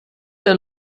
der